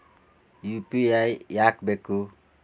UPI ಯಾಕ್ ಬೇಕು?